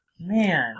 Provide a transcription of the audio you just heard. Man